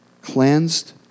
cleansed